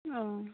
অঁ